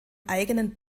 eigenen